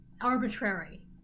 arbitrary